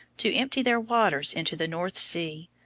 to empty their waters into the north sea,